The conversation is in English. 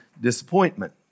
disappointment